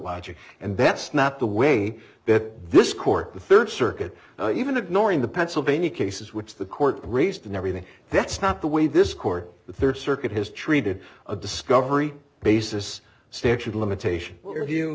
logic and that's not the way that this court the third circuit even ignoring the pennsylvania cases which the court raised and everything that's not the way this court the third circuit has treated a discovery basis statute limitation